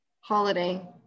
holiday